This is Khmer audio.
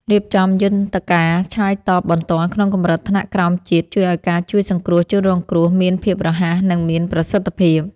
រៀបចំយន្តការឆ្លើយតបបន្ទាន់ក្នុងកម្រិតថ្នាក់ក្រោមជាតិជួយឱ្យការជួយសង្គ្រោះជនរងគ្រោះមានភាពរហ័ស និង មានប្រសិទ្ធភាព។